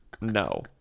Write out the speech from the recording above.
No